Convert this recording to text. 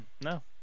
No